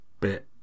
bit